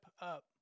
up